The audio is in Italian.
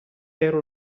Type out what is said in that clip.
era